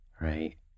right